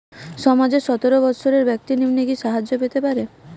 সমাজের সতেরো বৎসরের ব্যাক্তির নিম্নে কি সাহায্য পেতে পারে?